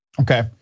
Okay